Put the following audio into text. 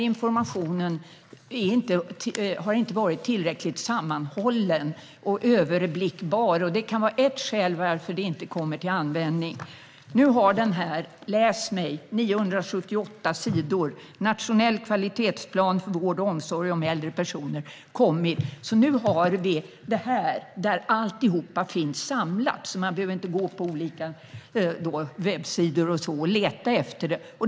Informationen har inte varit tillräckligt sammanhållen och överblickbar. Det kan vara ett skäl till varför den inte kommer till användning. Nu har rapporten Läs mig! Nationell kvalitetsplan för vård och omsorg om äldre personer om 978 sidor kommit. Nu finns allt samlat, och vi behöver inte gå ut på olika webbsidor och leta efter informationen.